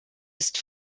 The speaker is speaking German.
ist